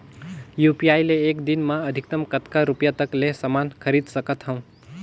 UPI ले एक दिन म अधिकतम कतका रुपिया तक ले समान खरीद सकत हवं?